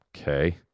Okay